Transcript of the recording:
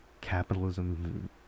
capitalism